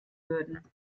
würden